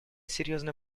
серьезная